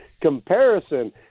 comparison